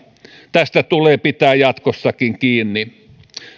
tästä tulee pitää jatkossakin kiinni